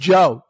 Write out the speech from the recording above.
Joe